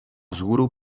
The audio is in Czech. vzhůru